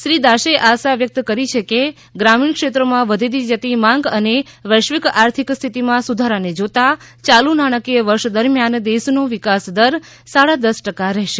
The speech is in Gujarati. શ્રી દાસે આશા વ્યક્ત કરી કે ગ્રામીણ ક્ષેત્રોમાં વધતી જતી માંગ અને વૈશ્વિક આર્થિક સ્થિતિમાં સુધારાને જોતા યાલુ નાણાંકીય વર્ષ દરમિયાન દેશનો વિકાસદર સાડા દસ ટકા રહેશે